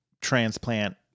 transplant